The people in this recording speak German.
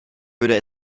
würde